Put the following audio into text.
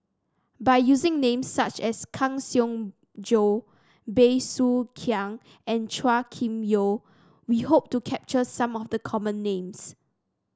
by using names such as Kang Siong Joo Bey Soo Khiang and Chua Kim Yeow we hope to capture some of the common names